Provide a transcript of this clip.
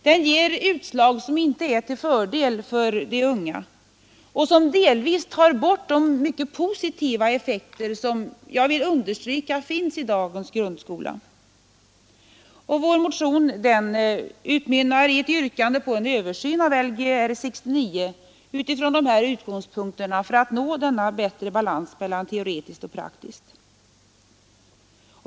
Den ger utslag som inte är till fördel för de unga och som delvis tar bort de mycket positiva effekter, vilka jag vill understryka finns i dagens grundskola. Vår motion utmynnar i ett yrkande om en översyn av Lgr 69 utifrån dessa utgångspunkter för att nå denna bättre balans mellan teoretiskt och praktiskt.